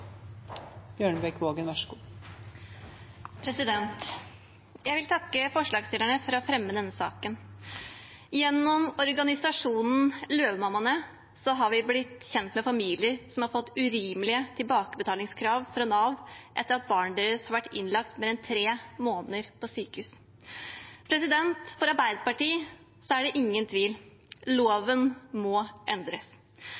Jeg vil takke forslagsstillerne for å fremme denne saken. Gjennom organisasjonen Løvemammaene har vi blitt kjent med familier som har fått urimelige tilbakebetalingskrav fra Nav etter at barnet deres har vært innlagt mer enn tre måneder på sykehus. For Arbeiderpartiet er det ingen tvil: